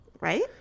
right